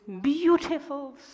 beautiful